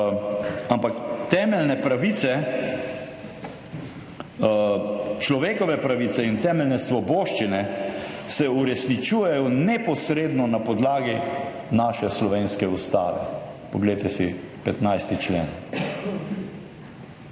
ampak temeljne pravice, človekove pravice in temeljne svoboščine se uresničujejo neposredno na podlagi naše slovenske Ustave. Poglejte si 15. člen.